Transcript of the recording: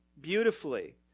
beautifully